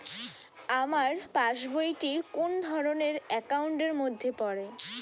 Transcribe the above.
আমার passbook টি কোন ধরণের একাউন্ট এর মধ্যে পড়ে?